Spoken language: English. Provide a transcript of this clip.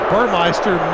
Burmeister